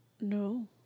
No